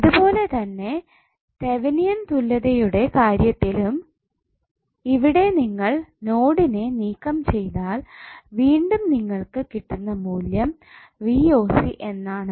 ഇതുപോലെതന്നെ തെവെനിൻ തുല്യതയുടെ കാര്യത്തിലും ഇവിടെ നിങ്ങൾ നോഡിനെ നീക്കം ചെയ്താൽ വീണ്ടും നിങ്ങൾക്ക് കിട്ടുന്ന മൂല്യം എന്നാണു